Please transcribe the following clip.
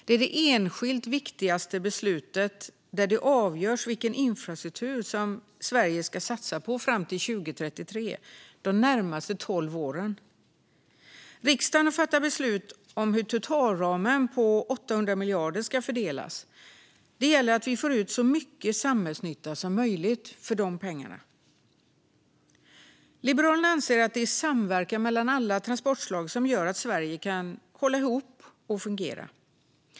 Det är det enskilt viktigaste beslutet där det avgörs vilken infrastruktur som Sverige ska satsa på fram till 2033, alltså de närmaste tolv åren. Riksdagen har fattat beslut om hur totalramen på 800 miljarder ska fördelas. Det gäller att vi får ut så mycket samhällsnytta som möjligt för de pengarna. Liberalerna anser att det är samverkan mellan alla transportslag som gör att Sverige kan hålla ihop och fungera.